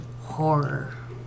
horror